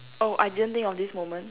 oh I didn't think of this moment